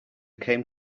came